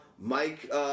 Mike